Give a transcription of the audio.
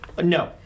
No